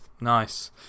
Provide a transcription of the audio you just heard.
nice